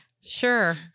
sure